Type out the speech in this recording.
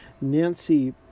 Nancy